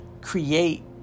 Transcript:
create